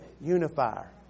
unifier